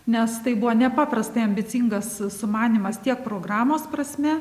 nes tai buvo nepaprastai ambicingas sumanymas tiek programos prasme